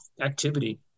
activity